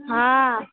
हँ